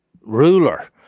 ruler